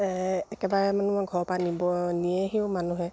একেবাৰে মানে মই ঘৰৰপা নিব নিয়েহিও মানুহে